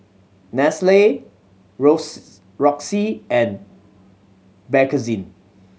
Nestle Roxy and Bakerzin